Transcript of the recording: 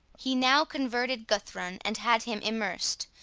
he now converted guthrun and had him immersed,